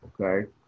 okay